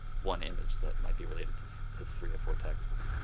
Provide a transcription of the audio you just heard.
one image that might be related to to three or four texts,